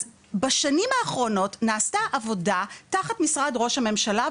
בשנים האחרונות נעשה עבודה תחת משרד ראש הממשלה,